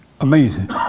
Amazing